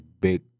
big